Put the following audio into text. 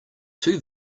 two